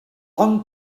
long